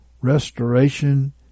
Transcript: restoration